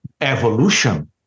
evolution